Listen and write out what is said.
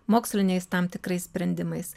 moksliniais tam tikrais sprendimais